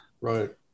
right